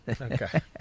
Okay